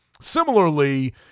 Similarly